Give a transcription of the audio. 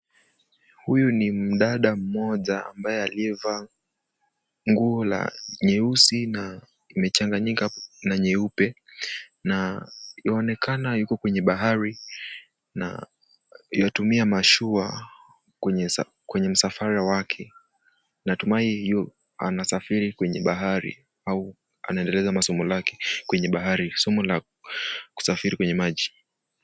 Huyu ni mdada moja ambaye aliyevaa nguo la nyeusi na imechanganyika na nyeupe, na yuaonekana yuko kwenye bahari na yuatumia mashua kwenye msafara wake. Natumai anasafiri kwenye bahari au anaendelezea masomo yake kwenye bahari, somo la kusafiri kwenye maji.